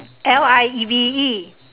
L I E V E